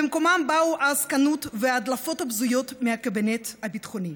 במקומם באו העסקנות וההדלפות הבזויות מהקבינט הביטחוני,